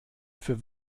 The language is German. für